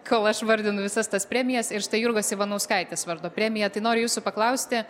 kol aš vardinu visas tas premijas ir štai jurgos ivanauskaitės vardo premiją tai noriu jūsų paklausti